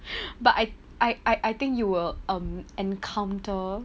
but I I I I think you will encounter